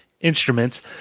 instruments